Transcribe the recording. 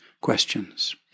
questions